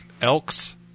Elks